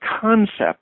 concept